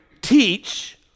teach